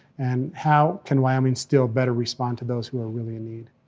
and how can wyoming still better respond to those who are really in need?